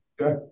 Okay